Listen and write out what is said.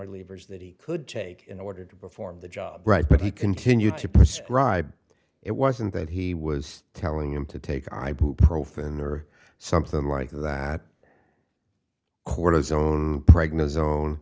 relievers that he could take in order to perform the job right but he continued to prescribe it wasn't that he was telling him to take ibuprofen or something like that cortisone pregnant zone